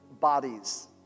bodies